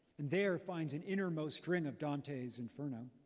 and there, finds an innermost ring of dante's inferno.